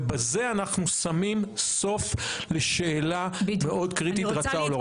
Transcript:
ובזה אנחנו שמים סוף לשאלה מאוד קריטית אם רצה או לא רצה.